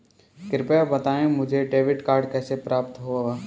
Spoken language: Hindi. कृपया बताएँ मुझे डेबिट कार्ड कैसे प्राप्त होगा?